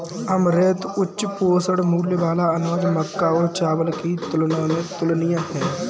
amaranth उच्च पोषण मूल्य वाला अनाज मक्का और चावल की तुलना में तुलनीय है